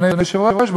אדוני היושב-ראש,